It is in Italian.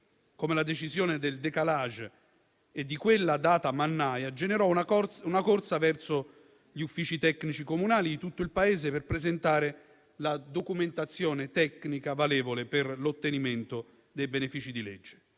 come la decisione del *décalage* e di quella data-mannaia generò una corsa una corsa verso gli uffici tecnici comunali di tutto il Paese, per presentare la documentazione tecnica valevole per l'ottenimento dei benefici di legge.